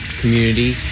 Community